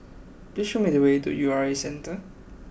please show me the way to U R A Centre